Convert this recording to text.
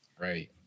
Right